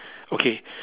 okay